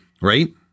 right